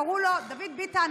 קראו לו דוד ביטן,